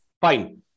Fine